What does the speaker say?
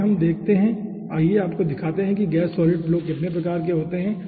आगे हम देखते हैं आइए आपको दिखाते हैं कि गैस सॉलिड फ्लो कितने प्रकार के होते हैं